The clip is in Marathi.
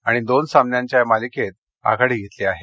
आणि दोन सामन्यांच्या या मालिकेत आघाडी घेतली आहे